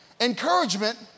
Encouragement